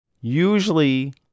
Usually